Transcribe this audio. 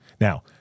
Now